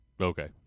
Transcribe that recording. okay